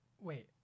Wait